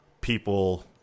people